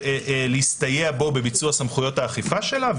להסתייע בו בביצוע סמכויות האכיפה שלה.